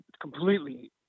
completely